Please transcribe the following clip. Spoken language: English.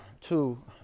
two